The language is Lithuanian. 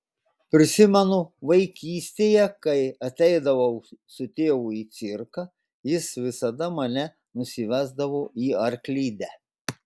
prisimenu vaikystėje kai ateidavau su tėvu į cirką jis visada mane nusivesdavo į arklidę